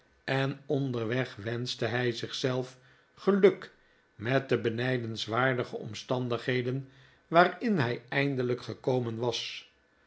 en onderweg wenschte hij zich zelf geluk met de benijdenswaardige omstandigheden waarin hij eindelijk gekomen was